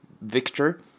Victor